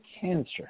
cancer